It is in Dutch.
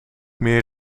meer